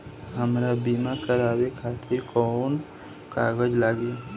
हमरा बीमा करावे खातिर कोवन कागज लागी?